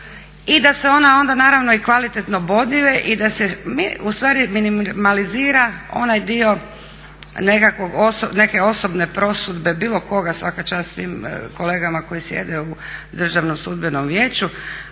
i da se ona onda naravno i kvalitetno boduje i da se ustvari minimalizira onaj dio neke osobne prosudbe bilo koga, svaka čast svim kolegama koji sjede u Državnom sudbenom vijeću,